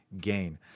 gain